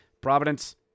Providence